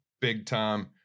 big-time